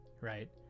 right